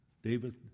David